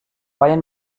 ryan